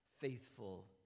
faithful